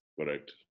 Correct